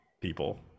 people